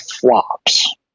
flops